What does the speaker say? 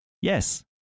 Yes